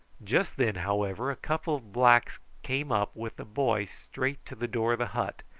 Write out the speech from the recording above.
just then, however, a couple of blacks came up with the boy straight to the door of the hut,